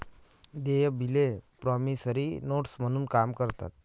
देय बिले promissory notes म्हणून काम करतात